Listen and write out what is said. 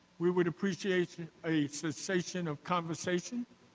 we would appreciate a cessation of conversation.